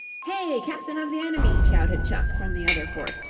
hey, captain of the enemy! shouted chuck from the other fort,